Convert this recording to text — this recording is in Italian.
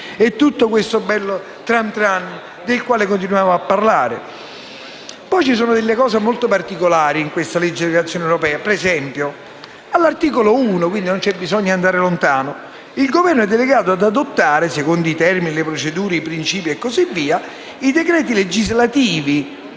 e tutto quel bel tran tran del quale continuiamo a parlare. Poi ci sono dei punti molto particolari nel disegno di legge di delegazione europea. Ad esempio, all'articolo 1 - non c'è bisogno di andare lontano - il Governo è delegato ad adottare, secondo i termini, le procedure e i princìpi e quant'altro, i decreti legislativi